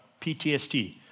PTSD